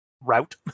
route